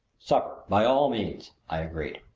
supper, by all means! i agreed.